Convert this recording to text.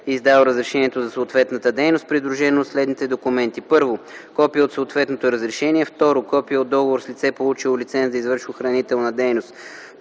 издал разрешението за съответната дейност, придружено от следните документи: 1. копие от съответното разрешение; 2. копие от договор с лице, получило лиценз да извършва охранителна дейност